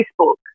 Facebook